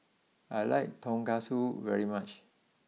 I like Tonkatsu very much